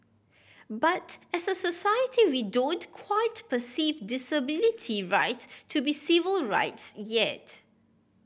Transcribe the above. but as a society we don't quite perceive disability right to be civil rights yet